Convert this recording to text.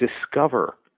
discover